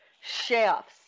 chefs